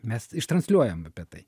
mes ištransliuojam apie tai